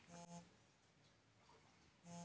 हम ज्यादा नइखिल पढ़ल हमरा मुख्यमंत्री उद्यमी योजना मिली?